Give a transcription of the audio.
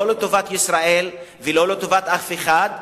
לא לטובת ישראל ולא לטובת אף אחד,